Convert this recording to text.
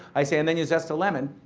i say, and then you zest a lemon,